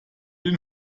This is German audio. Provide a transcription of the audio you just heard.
den